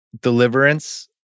Deliverance